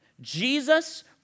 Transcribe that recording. jesus